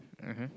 mmhmm